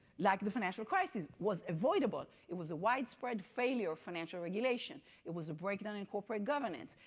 like the financial crisis, was avoidable, it was a widespread failure financial regulation. it was a breakdown in corporate governance,